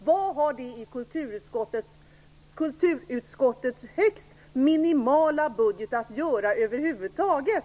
Vad har det i kulturutskottets högst minimala budget att göra över huvud taget?